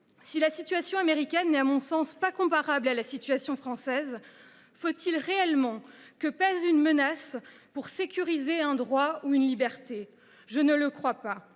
Si la situation américaine n’est à mon sens pas comparable à la situation française, faut il réellement que pèse une menace pour sécuriser un droit ou une liberté ? Je ne le crois pas.